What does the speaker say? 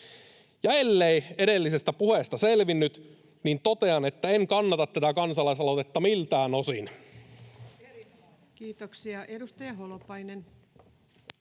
Ja ellei edellisestä puheesta selvinnyt, niin totean, että en kannata tätä kansalaisaloitetta miltään osin. Kiitoksia. — Edustaja Holopainen.